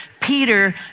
Peter